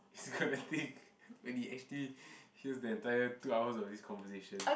is gonna think when he actually hears the entire two hours of this conversation